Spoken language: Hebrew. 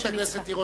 חברת הכנסת תירוש,